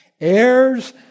Heirs